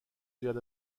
زیاد